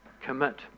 commit